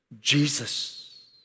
Jesus